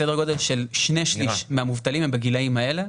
סדר גודל של שני שליש מהמובטלים הם בגילאים האלה.